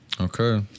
Okay